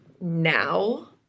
now